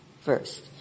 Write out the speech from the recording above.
first